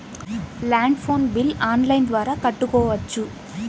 Land phone bill online ద్వారా కట్టుకోవచ్చు?